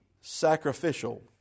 sacrificial